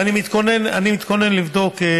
ואני מתכונן לבדוק,